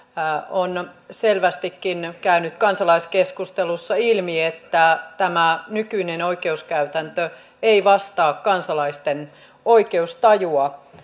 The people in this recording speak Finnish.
on selvästikin käynyt kansalaiskeskustelussa ilmi että tämä nykyinen oikeuskäytäntö ei vastaa kansalaisten oikeustajua